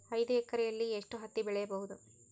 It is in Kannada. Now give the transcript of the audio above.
ಐದು ಎಕರೆಯಲ್ಲಿ ಎಷ್ಟು ಹತ್ತಿ ಬೆಳೆಯಬಹುದು?